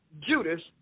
Judas